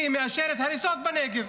היא מאשרת הריסות בנגב,